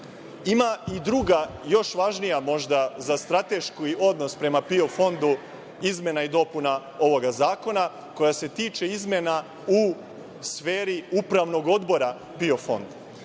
i druga, još važnija možda za strateški odnos prema PIO fondu, izmena i dopuna ovog zakona, koja se tiče izmena u sferi Upravnog odbora PIO fonda.